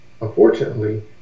Unfortunately